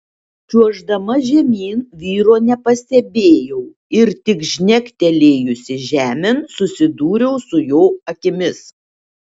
čiuoždama žemyn vyro nepastebėjau ir tik žnektelėjusi žemėn susidūriau su jo akimis